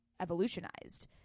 evolutionized